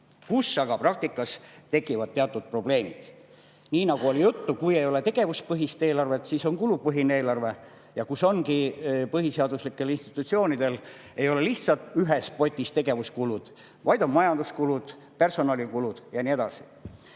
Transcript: Aga praktikas tekivad teatud probleemid. Nii nagu oli juttu, kui ei ole tegevuspõhist eelarvet, siis on kulupõhine eelarve, nagu põhiseaduslikel institutsioonidel, kus ei ole lihtsalt ühes potis tegevuskulud, vaid on majanduskulud, personalikulud ja nii edasi.